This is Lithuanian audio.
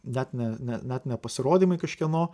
net ne ne net ne pasirodymai kažkieno